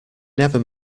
never